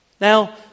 Now